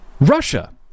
Russia